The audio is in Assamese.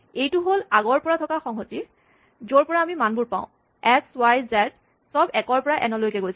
এইটো হ'ল আগৰ পৰা থকা সংহতি য'ৰ পৰা আমি মানবোৰ পাওঁ এক্স ৱাই জেড চব ১ ৰ পৰা এন লৈকে গৈছে